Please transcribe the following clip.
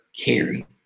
carry